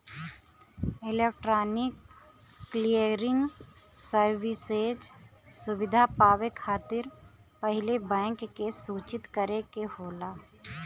electronic clearing services सुविधा पावे खातिर पहिले बैंक के सूचित करे के होला